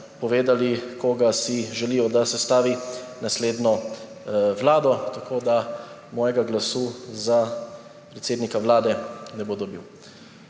povedali, kdo si želijo, da sestavi naslednjo vlado. Tako da mojega glasu za predsednika Vlade ne bo dobil.